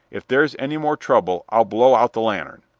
if there's any more trouble i'll blow out the lantern.